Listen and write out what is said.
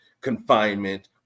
confinement